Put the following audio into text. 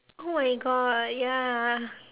oh my god ya